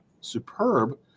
superb